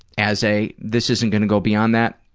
as a this isn't going to go beyond that,